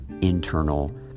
internal